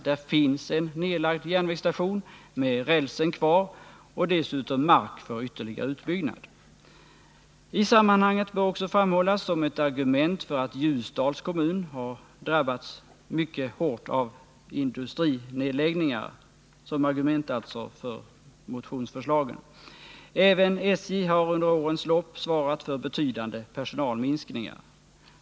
Där finns en nedlagd järnvägsstation med rälsen kvar och dessutom mark för ytterligare utbyggnad. I sammanhanget bör också framhållas som ett argument för motionsförslaget att Ljusdals kommun har drabbats mycket hårt av industrinedläggningar. Även SJ har under årens lopp svarat för betydande personalminskningar.